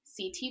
CT